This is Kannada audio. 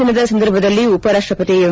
ದಿನದ ಸಂದರ್ಭದಲ್ಲಿ ಉಪರಾಷ್ಟಪತಿ ಎಂ